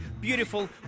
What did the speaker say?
beautiful